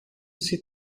sie